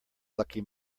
lucky